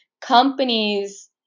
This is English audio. companies